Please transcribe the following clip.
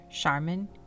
Charmin